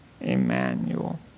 Emmanuel